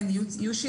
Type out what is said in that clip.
כן, יהיו שינויים.